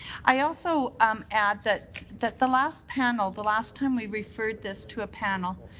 i also um add that that the last panel, the last time we referred this to a panel,